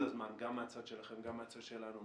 יש פה דברים שהם גם מעניינים וגם רלוונטיים מאוד לזמננו.